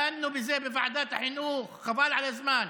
דנו בזה בוועדת החינוך, חבל על הזמן.